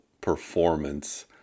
performance